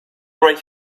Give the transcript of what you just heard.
right